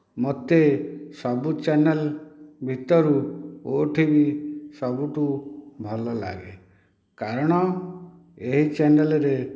ମୋତେ ସବୁ ଚ୍ୟାନେଲ୍ ଭିତରୁ ଓଟିଭି ସବୁଠାରୁ ଭଲ ଲାଗେ କାରଣ ଏହି ଚ୍ୟାନେଲ୍ରେ